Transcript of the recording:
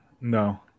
No